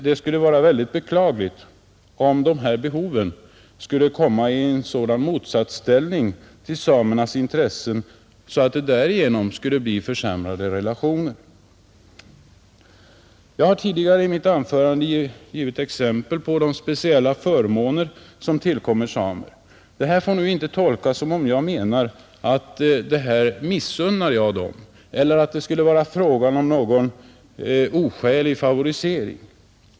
Det skulle vara mycket beklagligt om dessa behov skulle råka i en sådan motsatsställning till samernas intressen, att det skulle uppstå försämrade relationer grupperna emellan. Jag har tidigare i mitt anförande givit exempel på de speciella förmåner som tillkommer samerna. Detta får dock inte tolkas som att jag skulle mena att jag missunnar dem dessa eller att det skulle vara fråga om någon oskälig favorisering.